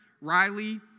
Riley